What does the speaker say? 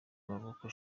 mavoko